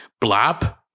Blab